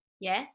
yes